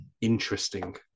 interesting